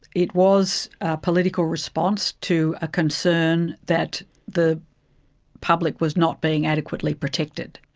it was a political response to a concern that the public was not being adequately protected.